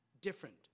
different